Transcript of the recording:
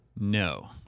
No